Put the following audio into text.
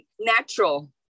natural